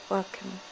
Welcome